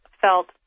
felt